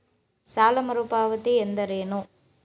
ಸಾಲ ಮರುಪಾವತಿ ಎಂದರೇನು?